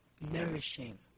nourishing